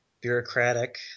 bureaucratic